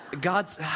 God's